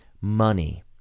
Money